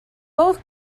both